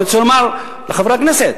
אני רוצה לומר לחברי הכנסת,